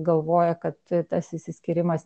galvoja kad tas išsiskyrimas